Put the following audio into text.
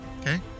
Okay